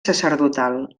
sacerdotal